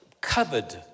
covered